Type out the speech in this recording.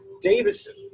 Davison